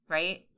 right